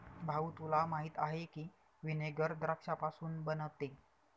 भाऊ, तुम्हाला माहीत आहे की व्हिनेगर द्राक्षापासून बनते